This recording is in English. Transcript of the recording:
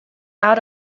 out